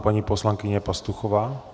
Paní poslankyně Pastuchová.